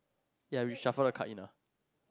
yeah reshuffle the card in ah